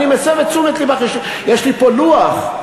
אני מסב את תשומת לבך, יש לי פה לוח.